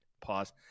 Pause